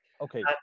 okay